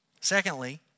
Secondly